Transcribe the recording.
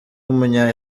w’umunya